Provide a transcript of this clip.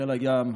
לחיל הים,